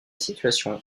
situation